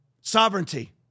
sovereignty